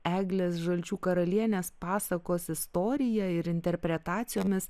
eglės žalčių karalienės pasakos istorija ir interpretacijomis